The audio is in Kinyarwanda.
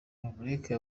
nimureke